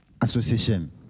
Association